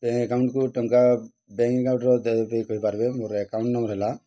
ଏକାଉଣ୍ଟ୍କୁ ଟଙ୍କା ବ୍ୟାଙ୍କ ଏକାଉଣ୍ଟ୍ର କରିପାରିବେ ମୋର ଏକାଉଣ୍ଟ ନମ୍ବର ହେଲା